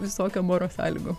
visokiom oro sąlygom